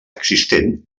existent